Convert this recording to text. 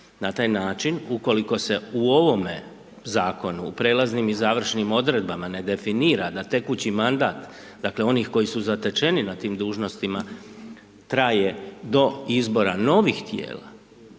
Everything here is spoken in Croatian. Na taj način ukoliko se u ovome zakonu u prelaznim i završnim odredbama ne definira da tekući mandat, dakle onih koji su zatečeni na tim dužnostima, traje do izbora novih tijela,